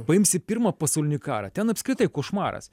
paims į pirmą pasaulinį karą ten apskritai košmaras